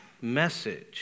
message